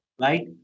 right